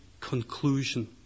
conclusion